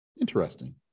interesting